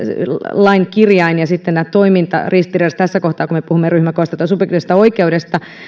lain kirjain ja sitten toiminta ristiriidassa tässä kohtaa kun me puhumme ryhmäkoosta tai subjektiivisesta oikeudesta